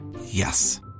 Yes